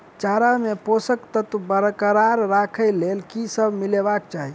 चारा मे पोसक तत्व बरकरार राखै लेल की सब मिलेबाक चाहि?